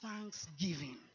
thanksgiving